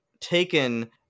taken